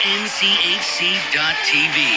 nchc.tv